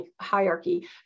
hierarchy